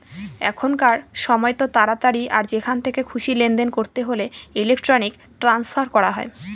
এখনকার সময়তো তাড়াতাড়ি আর যেখান থেকে খুশি লেনদেন করতে হলে ইলেক্ট্রনিক ট্রান্সফার করা হয়